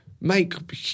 make